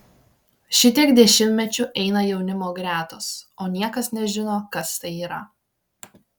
šitiek dešimtmečių eina jaunimo gretos o niekas nežino kas tai yra